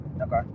okay